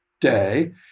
day